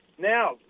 Now